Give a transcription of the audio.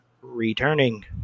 returning